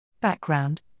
Background